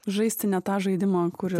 žaisti ne tą žaidimą kurį